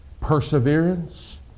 perseverance